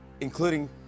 including